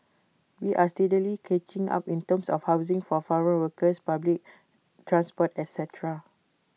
we are steadily catching up in terms of housing for foreign workers public transport etcetera